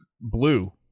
blue